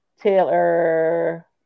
Taylor